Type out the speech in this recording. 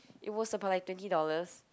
it was about like twenty dollars